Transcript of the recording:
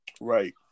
Right